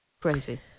Crazy